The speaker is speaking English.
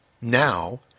Now